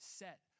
set